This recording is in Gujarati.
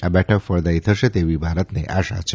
આ બેઠક ફળદાયી થશે તેવી ભારતને આશા છે